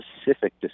specific